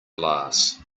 glass